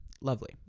lovely